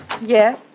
Yes